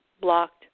blocked